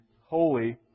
holy